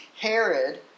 Herod